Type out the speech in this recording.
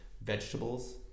vegetables